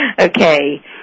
Okay